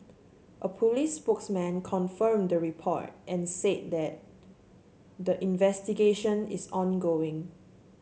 a police spokesman confirmed the report and said that the investigation is ongoing